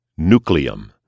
Nucleum